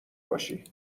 باشی